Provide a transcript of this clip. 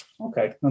Okay